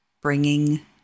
bringing